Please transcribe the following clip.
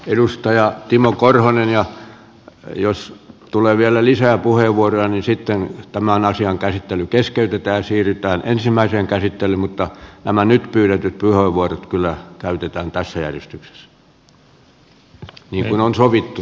edustaja timo korhonen ja jos tulee vielä lisää puheenvuoroja niin sitten tämän asian käsittely keskeytetään ja siirrytään ensimmäisen käsittelyyn mutta nämä nyt pyydetyt puheenvuorot kyllä käytetään tässä järjestyksessä niin kuin on sovittu